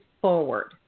forward